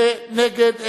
ונגד,